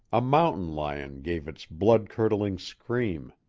a mountain lion gave its blood-curdling scream.